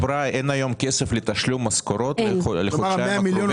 אי-אפשר לאשר ככה 100 מיליון שקל.